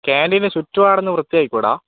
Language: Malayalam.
ക്യാൻ്റീനിൻ്റെ ചുറ്റുപാടൊന്ന് വൃത്തിയാക്കിക്കൂടെ